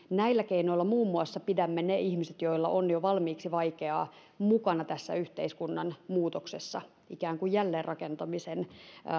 muun muassa näillä keinoilla pidämme ne ihmiset joilla on jo valmiiksi vaikeaa mukana tässä yhteiskunnan muutoksessa ikään kuin jälleenrakentamisen